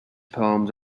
poems